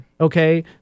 Okay